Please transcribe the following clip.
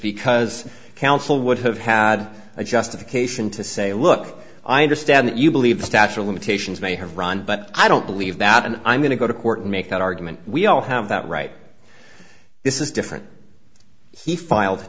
because counsel would have had a justification to say look i understand that you believe the statue of limitations may have run but i don't believe that and i'm going to go to court and make that argument we all have that right this is different he filed